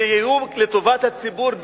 זה לטובת הציבור בג'ת,